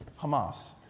Hamas